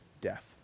death